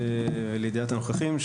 לידיעת הנוכחים,